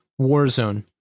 Warzone